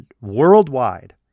worldwide